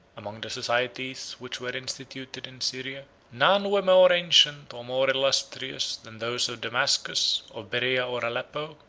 among the societies which were instituted in syria, none were more ancient or more illustrious than those of damascus, of berea or aleppo,